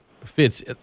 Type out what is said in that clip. fits